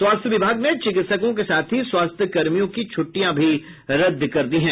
स्वास्थ्य विभाग ने चिकित्सकों के साथ ही स्वास्थ्य कर्मियों की छुट्टियां भी रद्द कर दी हैं